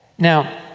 now,